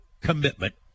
commitment